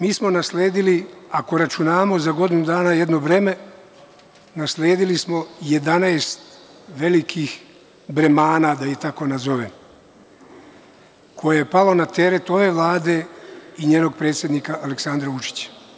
Mi smo nasledili, ako računamo za godinu dana jedno vreme, nasledili smo 11 velikih bremana, da ih tako nazovem, koji su pali na teret ove Vlade i njenog predsednika Aleksandra Vučića.